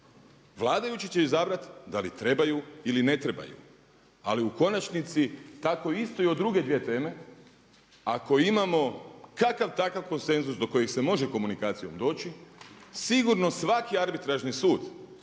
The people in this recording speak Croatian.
Vladajući će izabrati da li trebaju ili ne trebaju ali u konačnici tako isto i o druge dvije teme. Ako imamo kakav takav konsenzus do kojeg se može komunikacijom doći sigurno svaki arbitražni sud